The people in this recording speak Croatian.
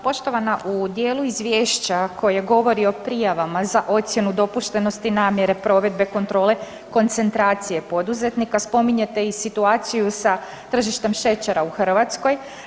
Poštovana, u dijelu Izvješća koje govori o prijavama za ocjenu dopuštenosti namjere provedbe kontrole, koncentracije poduzetnika, spominjete i situaciju sa tržištem šećera u Hrvatskoj.